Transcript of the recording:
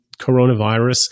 coronavirus